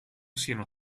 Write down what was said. siano